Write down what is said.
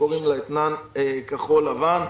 שקוראים לה "אתנן כחול לבן",